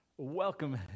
Welcome